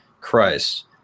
Christ